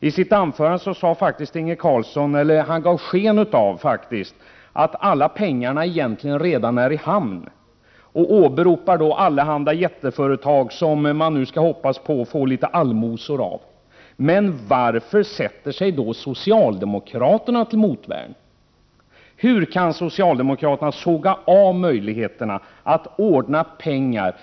I sitt anförande ger Inge Carlsson sken av att alla pengar redan är i hamn, och han åberopar allehanda jätteföretag som förhoppningsvis skall ge litet allmosor. Men varför sätter sig då socialdemokraterna till motvärn? Hur kan socialdemokraterna såga av möjligheterna att ordna pengar?